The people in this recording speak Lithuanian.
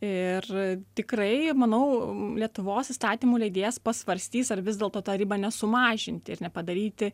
ir tikrai manau lietuvos įstatymų leidėjas pasvarstys ar vis dėlto taryba nesumažinti ir nepadaryti